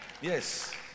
Yes